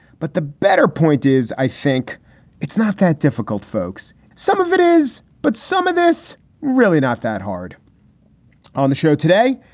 but the better point is, i think it's not that difficult, folks. some of it is, but some of this really not that hard on the show today.